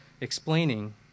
explaining